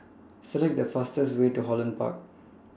Select The fastest Way to Holland Park